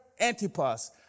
Antipas